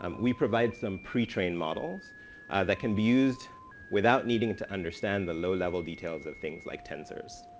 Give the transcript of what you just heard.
um we provide some pretrain models that can be used without needing to understand the low level details of things like tensors.